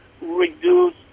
reduce